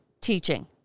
teaching